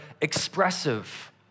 expressive